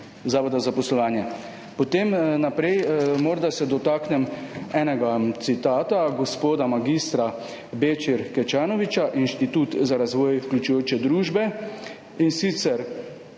Zavoda za zaposlovanje. Naprej. Morda se dotaknem enega citata gospoda mag. Bećirja Kečanovića, Inštitut za razvoj vključujoče družbe. In sicer